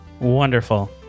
Wonderful